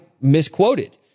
misquoted